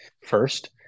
first